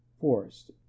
Forest